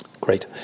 great